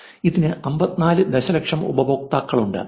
ഇതിന് 54 ദശലക്ഷം ഉപയോക്താക്കളുണ്ട്